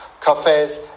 cafes